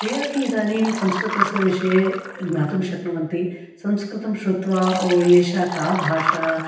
ते अपि इदानीं संस्कृतस्य विषये ज्ञातुं शक्नुवन्ति संस्कृतं श्रुत्वा ओ एषा का भाषा